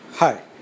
Hi